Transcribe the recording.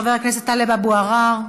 חבר הכנסת טלב אבו עראר,